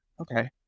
Okay